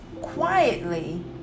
quietly